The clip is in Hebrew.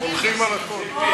יאללה, הולכים על הכול.